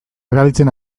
erabiltzen